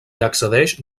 accedeix